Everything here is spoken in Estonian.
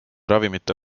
ravimite